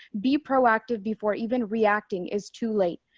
be proactive before even reacting is too late.